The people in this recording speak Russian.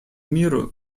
миру